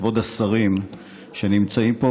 כבוד השרים שנמצאים פה,